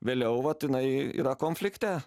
vėliau vat jinai yra konflikte